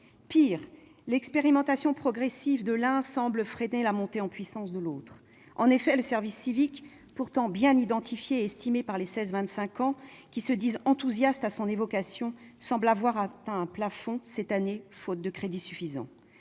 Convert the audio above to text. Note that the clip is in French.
Pire, l'expérimentation progressive de l'un semble freiner la montée en puissance de l'autre. En effet, le service civique, pourtant bien identifié et estimé par les 16-25 ans, qui se disent enthousiastes à son évocation, semble avoir atteint un plafond cette année, faute de crédits suffisants.